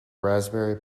raspberry